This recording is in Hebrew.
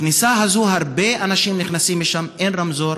הכניסה הזאת, הרבה אנשים נכנסים ממנה, אין רמזור,